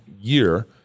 year